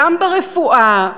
גם ברפואה,